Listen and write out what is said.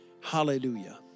Hallelujah